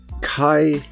Kai